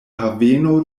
haveno